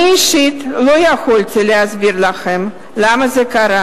אני אישית לא יכולתי להסביר להם למה זה קרה.